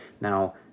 Now